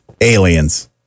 aliens